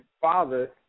father